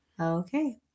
Okay